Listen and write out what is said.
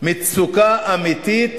מצוקה אמיתית,